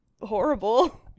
horrible